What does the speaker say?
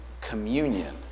communion